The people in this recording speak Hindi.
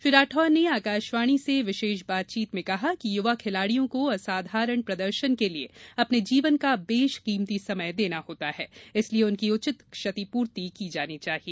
श्री राठौड़ ने आकाशवाणी से विशेष बातचीत में कहा कि युवा खिलाड़ियों को असाधारण प्रदर्शन के लिए अपने जीवन का बेशकीमती समय देना होता है इसलिए उनकी उचित क्षतिपूर्ति की जानी चाहिए